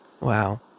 Wow